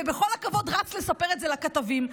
ובכל הכבוד רץ לספר את זה לכתבים,